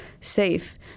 safe